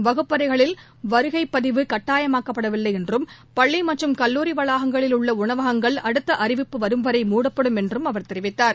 வகுப்பறைகளில் வருகை பதிவு கட்டாயமாக்கப்படவில்லை என்றும் பள்ளி மற்றும் கல்லூரி வளாகங்களில் உள்ள உணவகங்கள் அடுத்த அறிவிப்பு வரும் வரை மூடப்படும் என்று அவர் தெரிவித்தார்